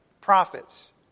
prophets